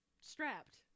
strapped